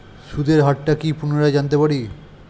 সুদের হার টা কি পুনরায় জানতে পারি?